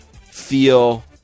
feel